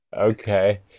Okay